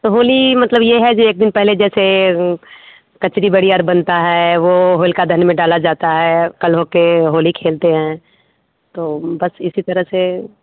तो होली मतलब यह है जे एक दिन पहले जैसे कचड़ी बड़ी और बनता है वह होलिका दहन में डाला जाता है कल हो कर होली खेलते हैं तो बस इसी तरह से